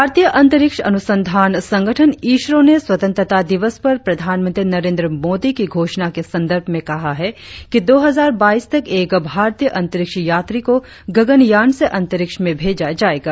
भारतीय अंतरिक्ष अनुसंधान संगठन इसरो ने स्वतंत्रता दिवस पर प्रधानमंत्री नरेंद्र मोदी की घोषणा के संदर्भ में कहा है कि दो हजार बाईस तक एक भारतीय अंतरिक्ष यात्री को गगनयान से अंतरिक्ष में भेजा जाएगा